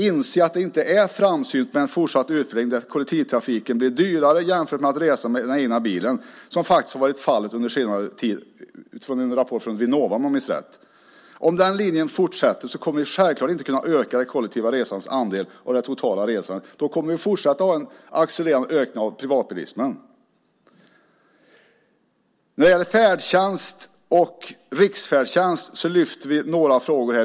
Inse att det inte är framsynt med en fortsatt utveckling där kollektivtrafiken blir dyrare jämfört med resor med egen bil, vilket faktiskt har varit fallet under senare tid - detta enligt en rapport från Vinnova om jag minns rätt. Om den linjen fortsätter kommer vi självklart inte att kunna öka det kollektiva resandets andel av det totala resandet. Då kommer vi fortsatt att ha en accelererande ökning av privatbilismen. När det gäller färdtjänst och riksfärdtjänst lyfter vi fram några frågor.